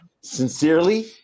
Sincerely